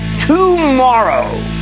tomorrow